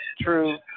true